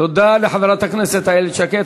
תודה לחברת הכנסת איילת שקד.